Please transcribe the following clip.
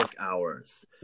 hours